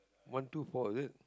one two four is it